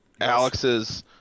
Alex's